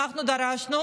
אנחנו דרשנו